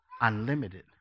unlimited